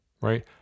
right